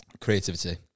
creativity